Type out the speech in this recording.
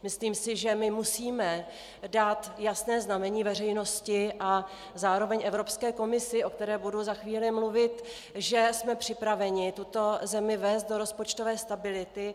Myslím si, že musíme dát jasné znamení veřejnosti a zároveň Evropské komisi, o které budu za chvíli mluvit, že jsme připraveni tuto zemi vést do rozpočtové stability.